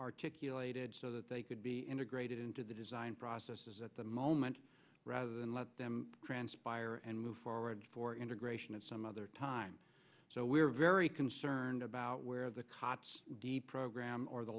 articulated so that they could be integrated into the design process at the moment rather than let them transpire and move forward for integration at some other time so we're very concerned about where the cots deprogram